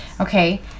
okay